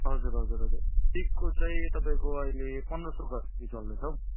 हजुर हजुर हजुर टिकको चाहिँ तपाईँको अहिले पन्ध्र सय गरेर चल्दैछ हौ